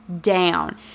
down